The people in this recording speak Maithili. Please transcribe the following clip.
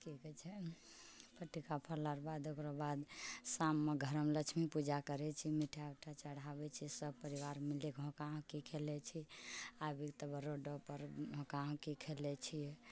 कि कहै छै फटक्का फोड़लाके बाद ओकरो बाद शाममे घरमे लक्ष्मी पूजा करै छी मिठाइ विठाइ चढ़ाबै छै सभ परिवार मिलिके हुक्का हुक्की खेलै छै आरो रोडो पर हुक्का हुक्की खेलै छियै